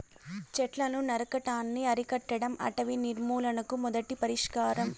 చెట్లను నరకటాన్ని అరికట్టడం అటవీ నిర్మూలనకు మొదటి పరిష్కారం